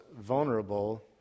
vulnerable